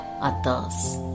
others